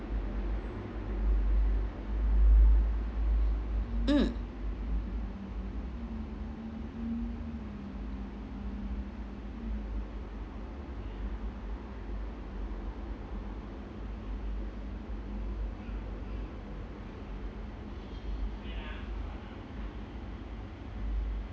mm